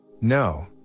No